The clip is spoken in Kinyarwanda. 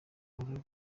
aurore